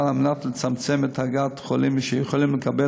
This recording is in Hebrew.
על מנת לצמצם את הגעת החולים שיכולים לקבל